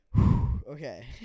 okay